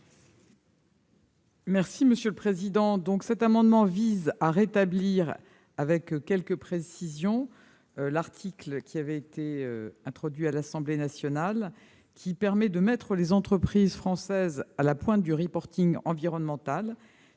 est à Mme la ministre. Cet amendement vise à rétablir, avec quelques précisions, un article introduit à l'Assemblée nationale qui permet de mettre les entreprises françaises à la pointe du reporting environnemental.